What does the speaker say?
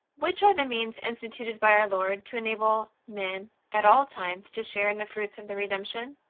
which are the means instituted by our lord to enable men at all times to share in the fruits of the redemption?